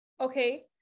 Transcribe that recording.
okay